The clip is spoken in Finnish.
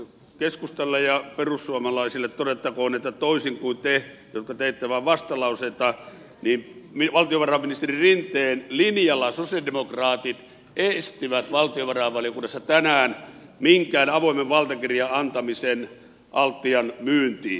keskustalle ja perussuomalaisille todettakoon että toisin kuin te jotka teette vain vastalauseita niin valtiovarainministeri rinteen linjalla sosialidemokraatit estivät valtiovarainvaliokunnassa tänään minkään avoimen valtakirjan antamisen altian myyntiin